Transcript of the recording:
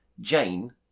Jane